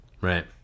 right